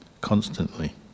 constantly